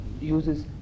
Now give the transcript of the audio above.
uses